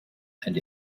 and